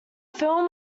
film